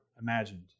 imagined